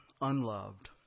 unloved